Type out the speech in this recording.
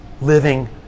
living